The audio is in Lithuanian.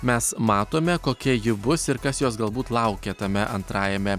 mes matome kokia ji bus ir kas jos galbūt laukia tame antrajame